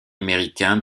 américain